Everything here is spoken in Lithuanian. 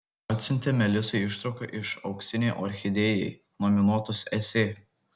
atsiuntė melisai ištrauką iš auksinei orchidėjai nominuotos esė